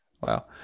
Wow